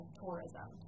tourism